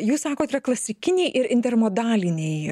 jūs sakot yra klasikiniai ir intermodaliniai